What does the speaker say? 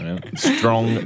Strong